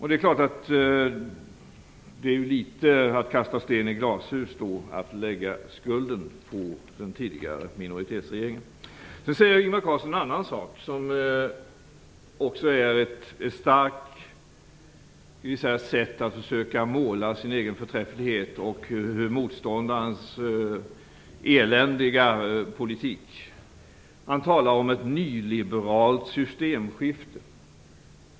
Det är litet som att kasta sten i glashus att lägga skulden på den tidigare minoritetsregeringen. Ingvar Carlsson säger en annan sak som också är ett starkt sätt att försöka måla sin egen förträfflighet och motståndarens eländiga politik. Han talar om ett nyliberalt systemskifte.